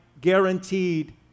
guaranteed